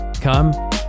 come